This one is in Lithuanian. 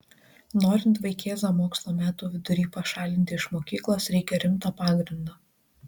norint vaikėzą mokslo metų vidury pašalinti iš mokyklos reikia rimto pagrindo